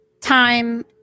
time